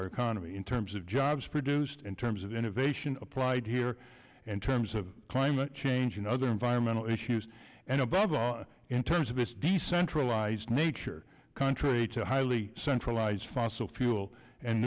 our economy in terms of jobs produced in terms of innovation applied here in terms of climate change and other environmental issues and above all in terms of this decentralized nature contrary to highly centralized fossil fuel and